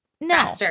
No